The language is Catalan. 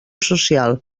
social